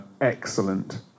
excellent